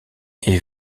est